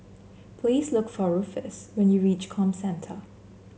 please look for Ruffus when you reach Comcentre